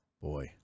boy